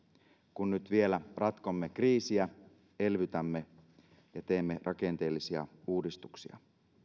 kun nyt vielä ratkomme kriisiä elvytämme ja teemme rakenteellisia uudistuksia